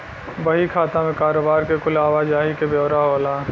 बही खाता मे कारोबार के कुल आवा जाही के ब्योरा होला